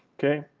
okay?